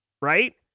right